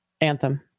anthem